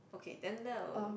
okay then that would